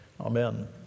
amen